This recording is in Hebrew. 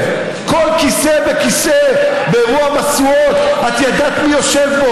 השני, ולא משנה כן מוצא חן, לא מוצא